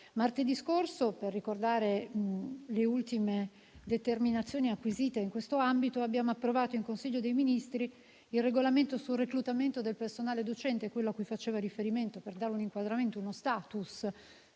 Martedì scorso - per ricordare le ultime determinazioni acquisite in questo ambito - abbiamo approvato in Consiglio dei ministri il regolamento sul reclutamento del personale docente, quello a cui faceva riferimento, per dare un inquadramento, uno *status*